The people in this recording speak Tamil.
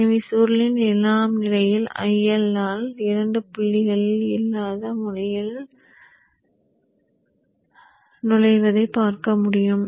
எனவே சுருளின் இரண்டாம்நிலையில் IL ஆல் 2 புள்ளியில் இல்லாத முனையில் நுழைவதைப் பார்க்க முடியும்